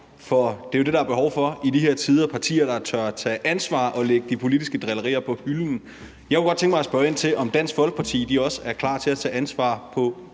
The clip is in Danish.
om ansvar, for det, der er behov for i de her tider, er jo partier, der tør tage ansvar og lægge de politiske drillerier på hylden. Jeg kunne godt tænke mig at spørge ind til, om Dansk Folkeparti også er klar til at tage ansvar